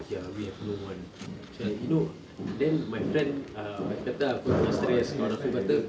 okay ah we have no one macam you know then my friend ah kata ah aku tengah stress kawan aku kata